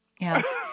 Yes